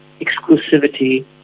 exclusivity